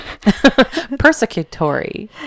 Persecutory